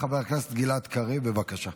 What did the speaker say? חבר הכנסת גלעד קריב, בבקשה.